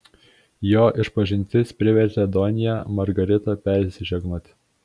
jo išpažintis privertė donją margaritą persižegnoti